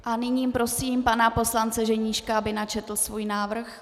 A nyní prosím pana poslance Ženíška, aby načetl svůj návrh.